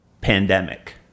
pandemic